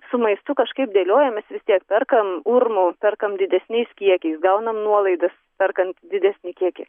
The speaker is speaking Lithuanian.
su maistu kažkaip dėliojamės vis tiek perkam urmu perkam didesniais kiekiais gaunam nuolaidas perkant didesnį kiekį